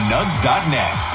Nugs.net